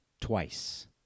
twice